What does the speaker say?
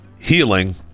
healing